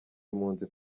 impunzi